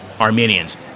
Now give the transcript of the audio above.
Armenians